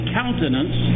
countenance